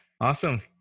awesome